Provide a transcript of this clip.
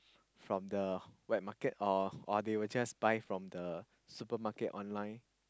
from the wet market or or they will just buy from the supermarket online